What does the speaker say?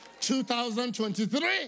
2023